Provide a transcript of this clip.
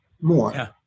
more